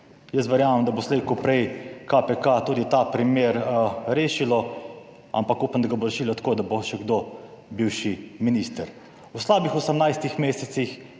Jaz verjamem, da bo slej ko prej KPK tudi ta primer rešilo, ampak upam, da ga bo rešilo tako, da bo še kdo bivši minister. V slabih 18 mesecih